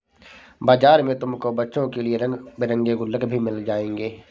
बाजार में तुमको बच्चों के लिए रंग बिरंगे गुल्लक भी मिल जाएंगे